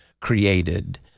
created